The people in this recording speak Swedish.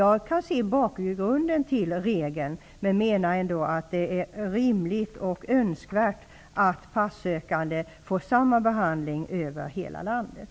Jag kan förstå bakgrunden till regeln, men menar ändå att det vore rimligt och önskvärt att passökande får samma behandling i hela landet.